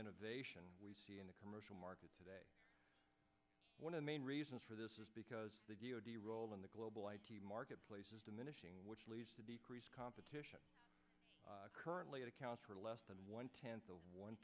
innovation we see in the commercial markets today one of the main reasons for this is because the role in the global marketplace is diminishing which leads to decrease competition currently it accounts for less than one tenth of one